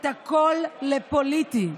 לצערי,